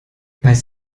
was